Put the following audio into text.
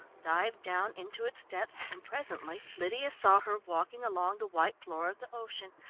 dived down into its depths, and presently lydia saw her walking along the white floor of the ocean,